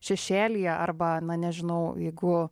šešėlyje arba na nežinau jeigu